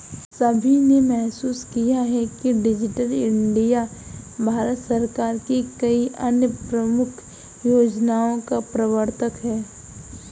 सभी ने महसूस किया है कि डिजिटल इंडिया भारत सरकार की कई अन्य प्रमुख योजनाओं का प्रवर्तक है